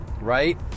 right